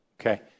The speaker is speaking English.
okay